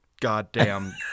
goddamn